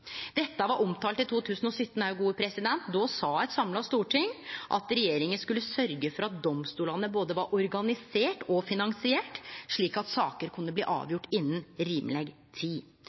Dette var omtalt i 2017. Då sa eit samla storting at regjeringa skulle sørgje for at domstolane både var organiserte og finansierte, slik at saker kunne bli avgjorde innan rimeleg tid.